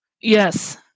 Yes